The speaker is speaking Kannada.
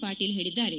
ಪಾಟೀಲ್ ಹೇಳಿದ್ದಾರೆ